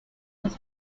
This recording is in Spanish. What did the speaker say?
los